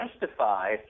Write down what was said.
justify